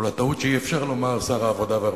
אבל הטעות שאי-אפשר לומר שר העבודה והרווחה.